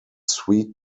sweet